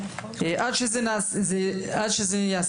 ג׳- עד שזה ייעשה,